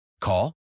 Call